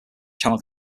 channel